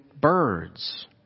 birds